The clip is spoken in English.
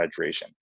hydration